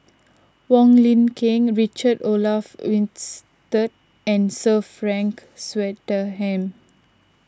Wong Lin Ken Richard Olaf Winstedt and Sir Frank Swettenham